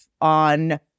on